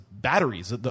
Batteries